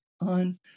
on